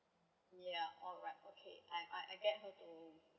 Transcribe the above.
yeah alright okay I I get her to